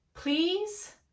Please